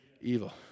evil